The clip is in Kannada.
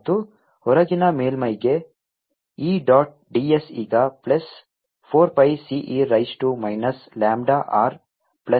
ಮತ್ತು ಹೊರಗಿನ ಮೇಲ್ಮೈಗೆ E ಡಾಟ್ d s ಈಗ plus 4 pi C e raise to minus lambda r plus d r ಆಗಿದೆ